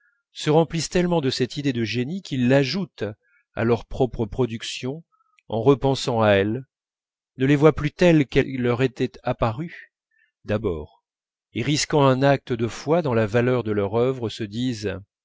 se remplissent tellement de cette idée de génie qu'ils l'ajoutent à leurs propres productions en repensant à elles ne les voient plus telles qu'elles leur étaient apparues d'abord et risquant un acte de foi dans la valeur de leur œuvre se disent